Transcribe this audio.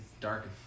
dark